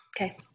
Okay